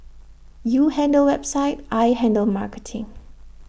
you handle website I handle marketing